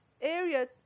area